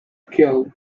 killed